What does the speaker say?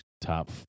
top